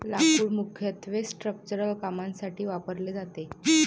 लाकूड मुख्यत्वे स्ट्रक्चरल कामांसाठी वापरले जाते